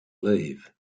leave